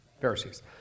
Pharisees